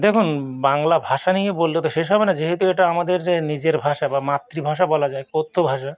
দেখুন বাংলা ভাষা নিয়ে বললে তো শেষ হবে না যেহেতু এটা আমাদের এ নিজের ভাষা বা মাতৃভাষা বলা যায় কথ্য ভাষা